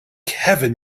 heaven